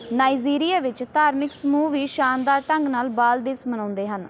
Nigeria ਵਿੱਚ ਧਾਰਮਿਕ ਸਮੂਹ ਵੀ ਸ਼ਾਨਦਾਰ ਢੰਗ ਨਾਲ਼ ਬਾਲ ਦਿਵਸ ਮਨਾਉਂਦੇ ਹਨ